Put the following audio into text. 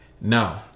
No